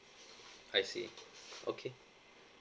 I see okay